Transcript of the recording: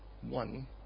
One